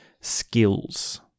skills